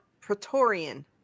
Praetorian